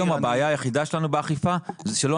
היום הבעיה היחידה שלנו באכיפה היא שלא